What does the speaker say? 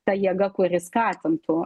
ta jėga kuri skatintų